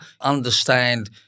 understand